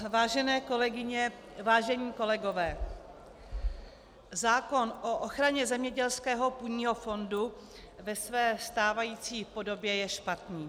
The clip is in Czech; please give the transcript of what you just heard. Vážené kolegové, vážení kolegové, zákon o ochraně zemědělského půdního fondu ve své stávající podobě je špatný.